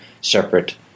separate